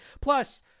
Plus